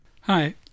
Hi